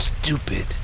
Stupid